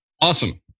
Awesome